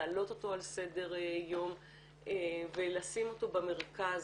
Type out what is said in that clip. להעלות אותו על סדר היום ולשים אותו במרכז,